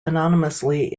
anonymously